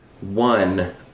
one